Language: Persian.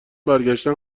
برگشتن